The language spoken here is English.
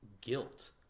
guilt